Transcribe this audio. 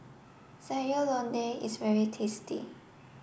Sayur Lodeh is very tasty